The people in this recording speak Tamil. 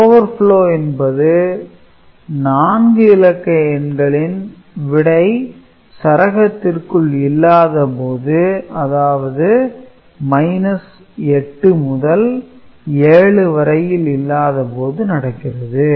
Overflow என்பது 4 இலக்க எண்களின் விடை சரகத்திற்குள் இல்லாதபோது அதாவது 8 முதல் 7 வரையில் இல்லாதபோது நடக்கிறது